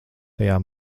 tajā